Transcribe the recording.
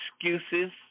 excuses